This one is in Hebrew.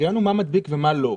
ההיגיון הוא מה מדביק ומה לא.